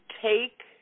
take